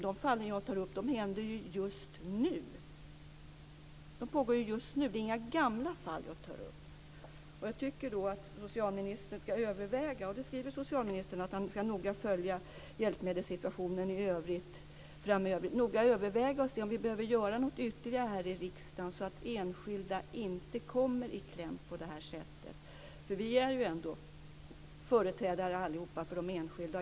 De fallen jag tar upp har hänt just nu. De pågår just nu. Jag har inte tagit upp några gamla fall. Socialministern har sagt att han ska noga följa hjälpmedelssituationen i övrigt framöver och noga överväga för att se om det behöver göras något ytterligare i riksdagen så att enskilda inte kommer i kläm. Vi är alla företrädare för de enskilda.